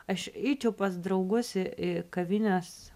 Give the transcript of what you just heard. aš eičiau pas draugus į į kavines